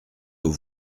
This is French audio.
aux